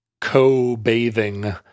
Co-bathing